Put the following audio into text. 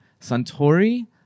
Santori